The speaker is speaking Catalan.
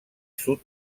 sud